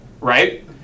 right